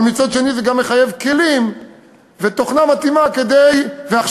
אבל מצד שני גם לחייב כלים ותוכנה מתאימה והכשרה